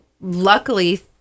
luckily